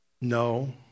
No